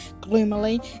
gloomily